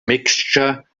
mixture